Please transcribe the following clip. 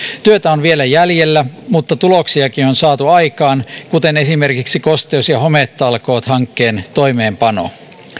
työtä on vielä jäljellä mutta tuloksiakin on saatu aikaan kuten esimerkiksi kosteus ja hometalkoot hankkeen toimeenpano